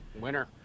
Winner